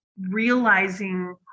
realizing